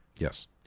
Yes